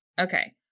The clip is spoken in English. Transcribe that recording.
Okay